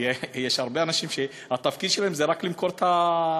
כי יש הרבה אנשים שהתפקיד שלהם זה רק למכור את התרופות,